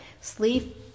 sleep